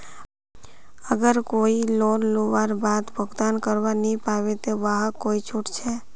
अगर कोई लोन लुबार बाद भुगतान करवा नी पाबे ते वहाक कोई छुट छे?